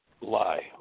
lie